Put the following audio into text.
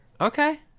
Okay